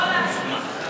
סליחה?